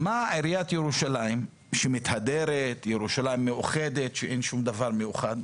מה עיריית ירושלים מתהדרת בכך שירושלים מאוחדת כשאין שום דבר מאוחד